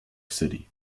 city